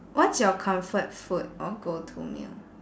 what's your comfort food or go to meal